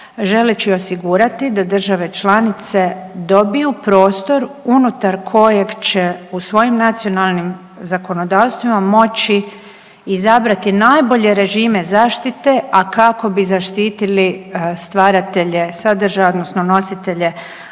želeći osigurati da države članice dobiju prostor unutar kojeg će u svojim nacionalnim zakonodavstvima moći izabrati najbolje režime zaštite, a kako bi zaštitili stvaratelje sadržaja odnosno nositelje